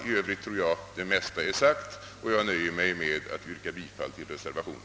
I övrigt tror jag det mesta är sagt, och jag nöjer mig med att yrka bifall till reservationen.